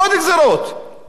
היא מצפצפת עליהם.